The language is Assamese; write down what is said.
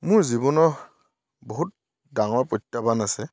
মোৰ জীৱনৰ বহুত ডাঙৰ প্ৰত্যাহ্বান আছে